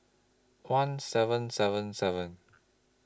one seven seven seven